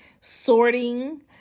sorting